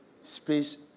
space